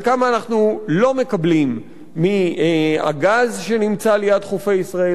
על כמה אנחנו לא מקבלים מהגז שנמצא ליד חופי ישראל.